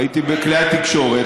ראיתי בכלי התקשורת,